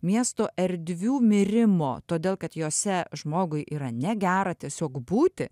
miesto erdvių mirimo todėl kad jose žmogui yra negera tiesiog būti